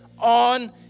on